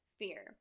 fear